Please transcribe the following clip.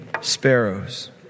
sparrows